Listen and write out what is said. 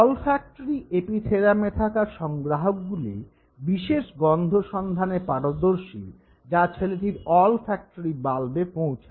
olfactory এপিথেলামে থাকা সংগ্রাহকগুলি বিশেষ গন্ধ সন্ধানে পারদর্শী যা ছেলেটির অলফ্যাক্টরি বাল্বে পৌঁছয়